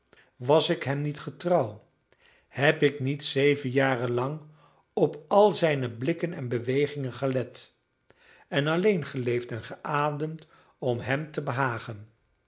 was ik hem niet getrouw heb ik niet zeven jaren lang op al zijne blikken en bewegingen gelet en alleen geleefd en geademd om hem te behagen